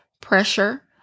pressure